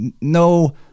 no